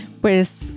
pues